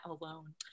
alone